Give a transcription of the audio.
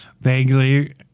vaguely